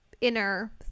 inner